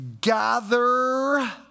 gather